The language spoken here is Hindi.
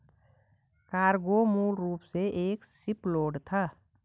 कार्गो मूल रूप से एक शिपलोड था